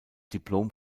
diplom